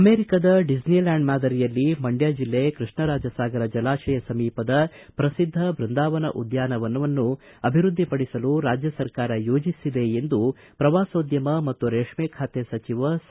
ಅಮೆರಿಕದ Disneyland ಮಾದರಿಯಲ್ಲಿ ಮಂಡ್ಕ ಜಿಲ್ಲೆ ಕೃಷ್ಣ ರಾಜ ಸಾಗರ ಜಲಾಶಯ ಸಮೀಪದ ಪ್ರಸಿದ್ದ ಬೃಂದಾವನ ಉದ್ಧಾನವನ್ನು ಅಭಿವೃದ್ಧಿ ಪಡಿಸಲು ರಾಜ್ಯ ಸರ್ಕಾರ ಯೋಜಿಸಿದೆ ಎಂದು ಪ್ರವಾಸೋದ್ಯಮ ಮತ್ತು ರೇಷ್ಮ ಖಾತೆ ಸಚಿವ ಸಾ